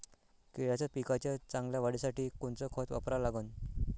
केळाच्या पिकाच्या चांगल्या वाढीसाठी कोनचं खत वापरा लागन?